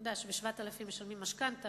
אתה יודע שב-7,000 שקל משלמים משכנתה,